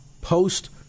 post